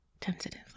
tentatively